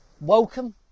welcome